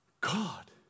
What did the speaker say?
God